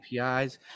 APIs